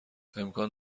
امکان